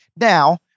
Now